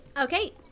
Okay